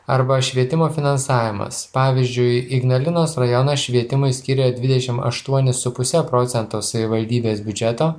arba švietimo finansavimas pavyzdžiui ignalinos rajonas švietimui skiria dvidešim aštuonis su puse procento savivaldybės biudžeto